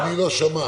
אדוני לא שמע.